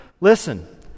Listen